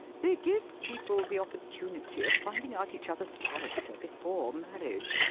they give people the opportunity of finding out each other's character before marriage,